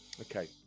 Okay